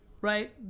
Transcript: right